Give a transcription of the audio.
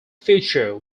future